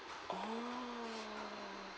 oh